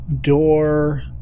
door